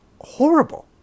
horrible